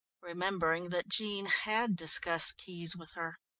remembering that jean had discussed keys with her.